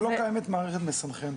ולא קיימת מערכת מסנכרנת.